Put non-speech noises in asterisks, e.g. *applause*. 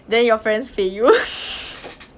then your friends pay you *laughs*